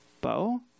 bow